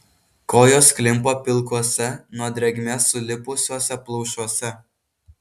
kojos klimpo pilkuose nuo drėgmės sulipusiuose plaušuose